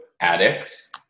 addicts